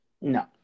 No